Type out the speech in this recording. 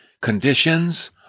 conditions